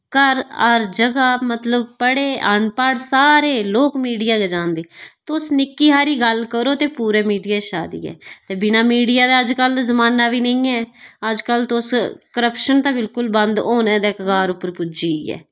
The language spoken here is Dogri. घर हर जगह मतलब पढ़े अनपढ़ सारे लोक बीते बिना मीडिया दे अज्जकल जमाना बी नि ऐ अज्जकल तुस क्रप्शन ते बिल्कुल बंद होने दे कगार उप्पर पुज्जी ऐ